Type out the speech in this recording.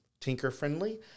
tinker-friendly